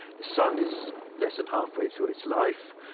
the sun is less than halfway through its life.